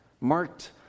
marked